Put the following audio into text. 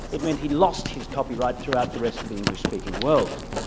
it meant he lost his copyright throughout the rest of the english-speaking world.